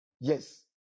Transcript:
Yes